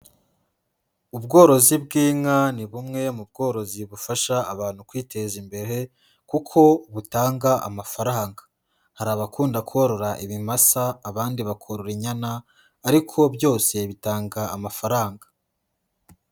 Ubworozi bw'inka ni bumwe mu bworozi bufasha abantu kwiteza imbere kuko butanga amafaranga, hari abakunda korora ibimasa abandi bakorora inyana ariko byose bitanga amafaranga.